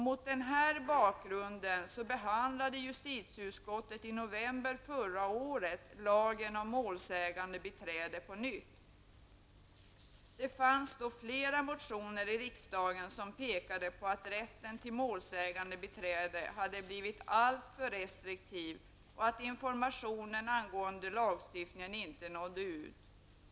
Mot den här bakgrunden behandlade justitieutskottet i november förra året på nytt lagen om målsägandebiträde. Det fanns då flera motioner i riksdagen som pekade på att tillämpningen av rätten till målsägandebiträde hade blivit alltför restriktiv och att informationen angående lagstiftningen inte nådde ut.